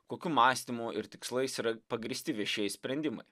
kokiu mąstymu ir tikslais yra pagrįsti viešieji sprendimai